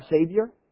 Savior